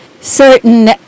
certain